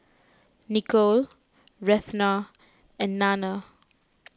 Nikole Retha and Nanna